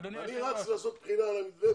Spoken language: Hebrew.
מייד אחרי הדיון אני רץ לעשות בחינה על המתווה.